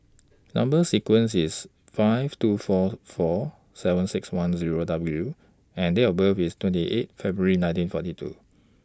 Number sequence IS five two four four seven six one Zero W and Date of birth IS twenty eight February nineteen forty two